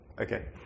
Okay